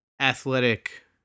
athletic